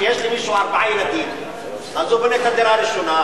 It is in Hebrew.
כשיש למישהו ארבעה ילדים הוא בונה את הדירה הראשונה,